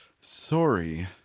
Sorry